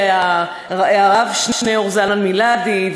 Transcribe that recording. והרב שניאור זלמן מלאדי,